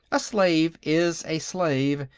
a slave is a slave,